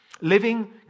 Living